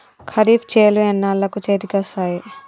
ఖరీఫ్ చేలు ఎన్నాళ్ళకు చేతికి వస్తాయి?